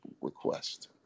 request